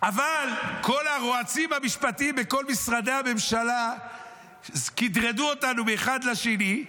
אבל כל הרועצים המשפטיים בכל משרדי הממשלה כדררו אותנו מאחד לשני,